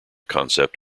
concept